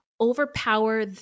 overpower